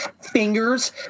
fingers